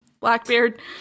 Blackbeard